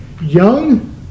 Young